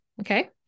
Okay